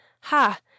ha